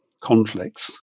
conflicts